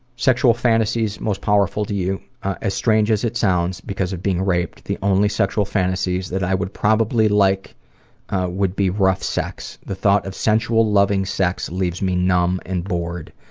sexual fantasies most powerful to you as strange as it sounds because of being raped, the only sexual fantasies that i would probably like would be rough sex. the thought of sensual loving sex leaves me numb and bored.